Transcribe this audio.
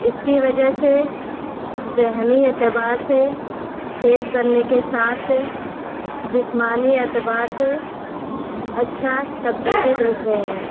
اس کی وجہ سے ذہنی اعتبار سے تیز بننے کے ساتھ سے جسمانی اعتبار سے اچھا تبدیلی دیکھ رہے ہیں